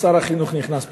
שר החינוך נכנס פה.